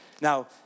Now